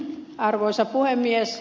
arvoisa puhemies